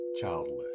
childless